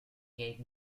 gave